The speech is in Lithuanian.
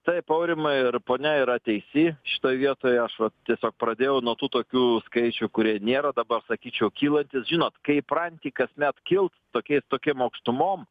taip aurimai ir ponia yra teisi šitoj vietoj aš vat tiesiog pradėjau nuo tų tokių skaičių kurie nėra dabar sakyčiau kylantys žinot kai įpranti kasmet kilt tokiais tokiom aukštumom